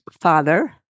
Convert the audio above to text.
father